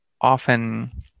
often